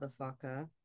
motherfucker